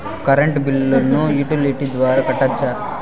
Current బిల్లును utility ద్వారా కట్టొచ్చా?